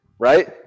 right